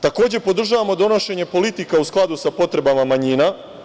Podržavamo i donošenje politika u skladu sa potrebama manjina.